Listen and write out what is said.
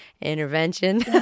intervention